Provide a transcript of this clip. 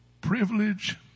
privilege